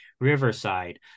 Riverside